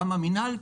למה מינהל?